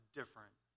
different